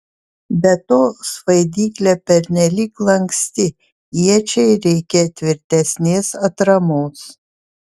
be to svaidyklė pernelyg lanksti iečiai reikia tvirtesnės atramos